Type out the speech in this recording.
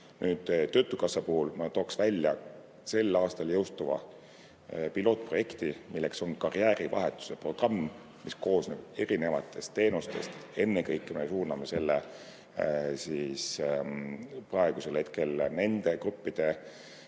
Töötukassa puhul ma tooksin välja sel aastal jõustuva pilootprojekti, milleks on karjäärivahetuse programm, mis koosneb erinevatest teenustest. Ennekõike me suuname selle praegusel hetkel nendele gruppidele,